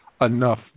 enough